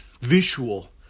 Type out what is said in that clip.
visual